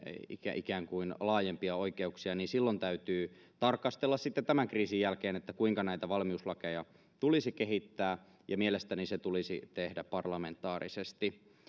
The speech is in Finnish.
ja ikään kuin vieläkin laajempia oikeuksia niin silloin täytyy tarkastella sitten tämän kriisin jälkeen sitä kuinka näitä valmiuslakeja tulisi kehittää ja mielestäni se tulisi tehdä parlamentaarisesti